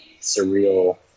surreal